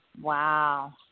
Wow